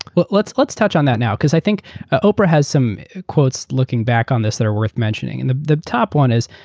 but let's let's touch on that now because i think ah oprah has some quotes looking back on this that are worth mentioning. and the the top one is,